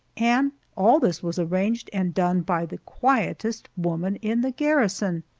and all this was arranged and done by the quietest woman in the garrison!